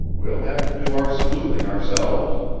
we'll have to do our sleuthing ourselves.